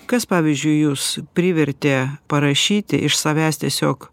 kas pavyzdžiui jus privertė parašyti iš savęs tiesiog